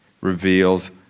reveals